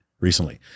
recently